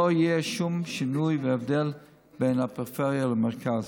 לא יהיה שום שינוי והבדל בין הפריפריה למרכז.